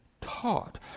taught